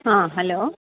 ಹಾಂ ಹಲೋ